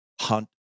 hunt